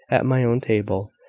at my own table,